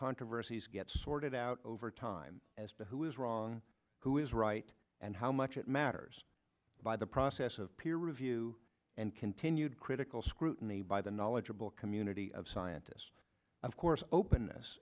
controversies get sorted out over time as to who is wrong who is right and how much it matters by the process of peer review and continued critical scrutiny by the knowledgeable community of scientists of course openness